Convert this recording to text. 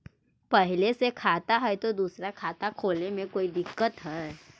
पहले से खाता है तो दूसरा खाता खोले में कोई दिक्कत है?